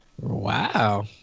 Wow